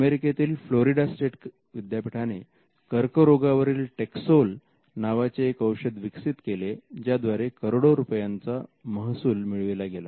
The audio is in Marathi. अमेरिकेतील फ्लोरिडा स्टेट विद्यापीठाने कर्करोगावरील टेकसोल नावाचे एक औषध विकसित केले ज्याद्वारे करोडो रुपयांचा महसूल मिळविला गेला